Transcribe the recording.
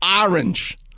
orange